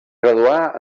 graduà